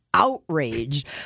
Outraged